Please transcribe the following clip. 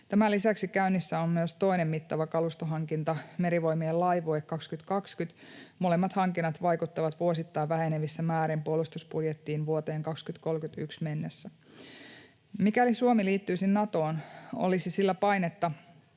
Tämän lisäksi käynnissä on myös toinen mittava kalustohankinta, Merivoimien Laivue 2020. Molemmat hankinnat vaikuttavat vuosittain vähenevissä määrin puolustusbudjettiin vuoteen 2031 mennessä. Mikäli Suomi liittyisi Natoon, olisi sillä painetta